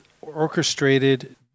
orchestrated